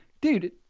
dude—